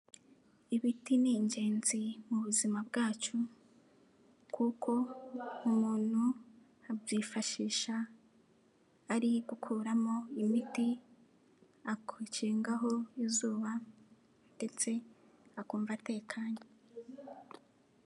Ibiti ni ingenzi mu buzima bwacu kuko umuntu abyifashisha ari gukuramo imiti, akingaho izuba ndetse akumva atekanye.